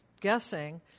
guessing